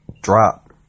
drop